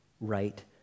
right